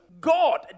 God